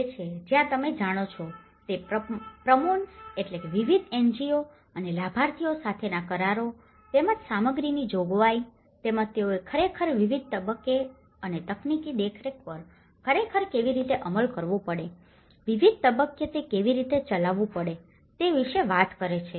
અને આ તે છે જ્યાં તમે જાણો છો તે પ્રમોસ્ન્સ વિવિધ NGO અને લાભાર્થીઓ સાથેના કરારો તેમજ સામગ્રીની જોગવાઈ તેમજ તેઓએ ખરેખર વિવિધ તબક્કે અને તકનીકી દેખરેખ પર ખરેખર કેવી રીતે અમલ કરવો પડે છે વિવિધ તબક્કે તે કેવી રીતે ચલાવવું પડે છે તે વિશે વાત કરે છે